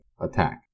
attack